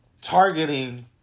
targeting